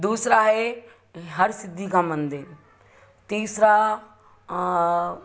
दूसरा है हरसिद्धि का मंदिर तीसरा